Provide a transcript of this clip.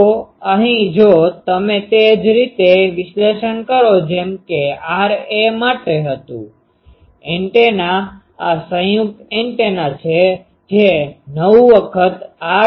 તો અહીં જો તમે તે જ રીતે વિશ્લેષણ કરો જેમકે Ra માટે હતું એન્ટેના આ સંયુક્ત એન્ટેના છે જે 9 વખત Rdipole થશે